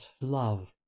love